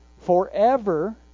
forever